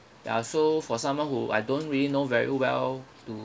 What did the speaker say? ya so for someone who I don't really know very well to